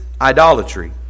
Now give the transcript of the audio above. idolatry